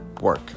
work